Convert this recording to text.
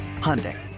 Hyundai